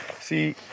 See